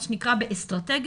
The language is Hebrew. מה שנקרא באסטרטגיות,